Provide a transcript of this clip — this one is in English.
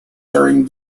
during